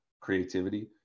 creativity